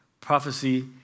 Prophecy